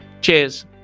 Cheers